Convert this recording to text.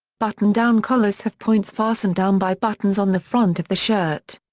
button-down collars have points fastened down by buttons on the front of the shirt.